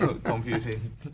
Confusing